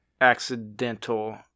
accidental